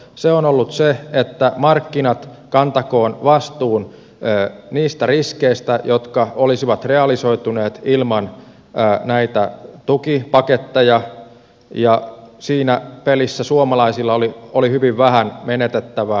se on ollut se että markkinat kantakoot vastuun niistä riskeistä jotka olisivat realisoituneet ilman näitä tukipaketteja ja siinä pelissä suomalaisilla oli hyvin vähän menetettävää